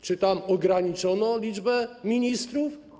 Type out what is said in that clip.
Czy tam ograniczono liczbę ministrów?